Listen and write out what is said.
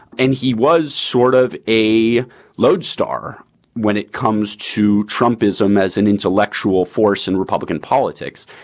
and he was sort of a lodestar when it comes to trump ism as an intellectual force in republican politics.